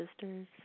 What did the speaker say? sisters